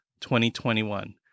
2021